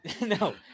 No